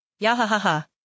Yahahaha